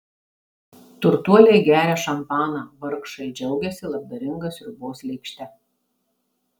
turtuoliai geria šampaną vargšai džiaugiasi labdaringa sriubos lėkšte